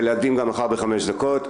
ולהקדים מחר בחמש דקות.